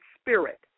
spirit